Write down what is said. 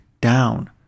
down